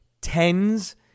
tens